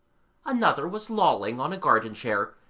another was lolling on a garden chair,